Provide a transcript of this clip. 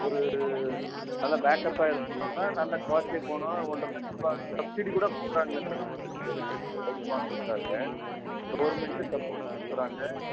ஒரு நல்ல பேக்கப்பாக இருக்கணுன்னா நல்ல குவாலிட்டி போனால் ஒன்றரை லட்ச ரூபாய் வரையும் சப்சிடி கூட கொடுக்குறாங்களே மேடம் கவர்மென்ட் பைக் வாங்குறதுக்காக கவர்மென்ட் சப்சிடி கொடுக்குறாங்க